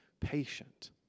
patient